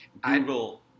google